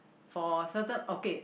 for certain okay